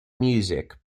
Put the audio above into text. music